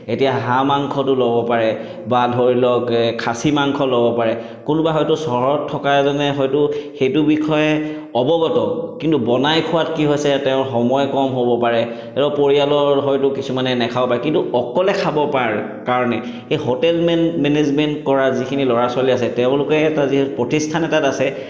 এতিয়া হাঁহ মাংসটো ল'ব পাৰে বা ধৰি লওক খাছী মাংস ল'ব পাৰে কোনোবা হয়তো চহৰৰ থকা এজনে হয়তো সেইটো বিষয়ে অৱগত কিন্তু বনাই খোৱাত কি হৈছে তেওঁৰ সময় কম হ'ব পাৰে তেওঁৰ পৰিয়ালৰ হয়তো কিছুমানে নেখাব পাৰে কিন্তু অকলে খাব পাৰ কাৰণে সেই হোটেল মে মেনেজমেণ্ট কৰা যিখিনি ল'ৰা ছোৱালী আছে তেওঁলোকে এটা যি প্ৰতিষ্ঠান এটাত আছে